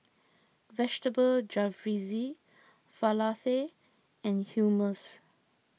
Vegetable Jalfrezi Falafel and Hummus